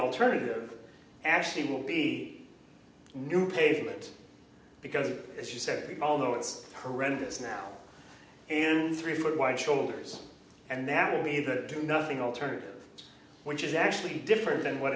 alternative actually will be new pavement because as you said although it's horrendous now and three foot wide shoulders and that will be the do nothing alternative which is actually different than what